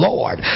Lord